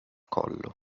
collo